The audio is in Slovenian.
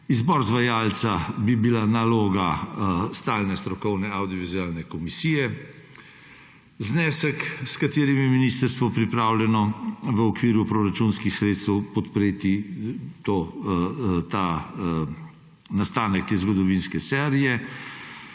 Izbor izvajalca bi bila naloga stalne strokovne avdiovizualne komisije. Znesek, s katerim je ministrstvo pripravljeno v okviru proračunskih sredstev podpreti nastanek te zgodovinske serije,